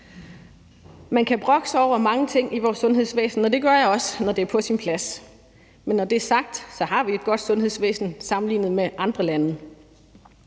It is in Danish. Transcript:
Man kan brokke sig over mange ting i vores sundhedsvæsen, og det gør jeg også, når det er på sin plads. Men når det er sagt, har vi et godt sundhedsvæsen sammenlignet med andre lande.